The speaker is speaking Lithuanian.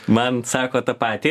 man sako tą patį